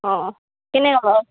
অঁ কেনে হ'ল হয়